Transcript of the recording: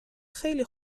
خیلی